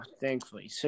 thankfully